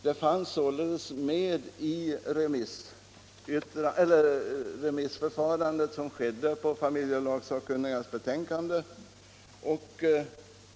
Denna ståndpunkt fanns alltså med då familjelagsakkunnigas betänkande gick ut på remiss.